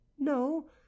no